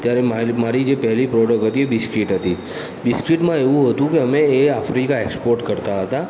ત્યારે મા મારી જે પહેલી પ્રોડક્ટ હતી બિસ્કીટ હતી બિસ્કીટમાં એવું હતું કે અમે એ આફ્રિકા એક્સપોર્ટ કરતા હતા